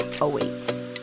awaits